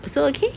also okay